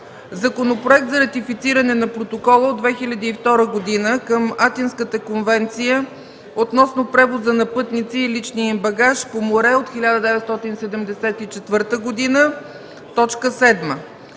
Законопроект за ратифициране на протокола от 2002 г. към Атинската конвенция относно превоза на пътници и личния им багаж по море от 1974 г. 8.